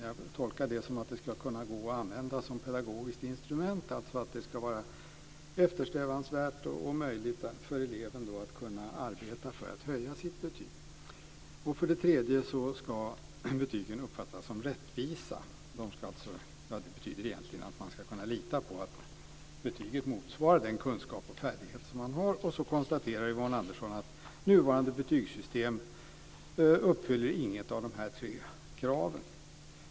Jag tolkar det som att det ska kunna gå att använda det som ett pedagogiskt instrument, alltså att det ska vara eftersträvansvärt och möjligt för eleven att arbeta för att höja sitt betyg. För det tredje ska betygen uppfattas som rättvisa. Det betyder egentligen att man ska kunna lita på att betyget motsvarar den kunskap och färdighet som eleven har. Så konstaterar Yvonne Andersson att nuvarande betygssystem inte uppfyller något av dessa tre krav.